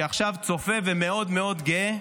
שעכשיו צופה ומאוד מאוד גאה.